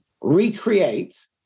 recreate